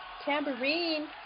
tambourine